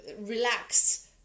relaxed